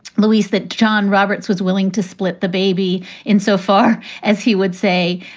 louise, that john roberts was willing to split the baby in. so far as he would say,